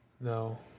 No